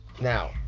Now